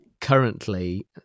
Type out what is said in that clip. currently